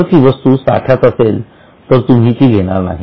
जर ती वस्तू साठ्यात असेल तर तुम्ही ती घेणार नाही